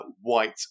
white